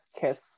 kiss